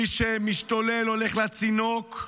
מי שמשתולל הולך לצינוק,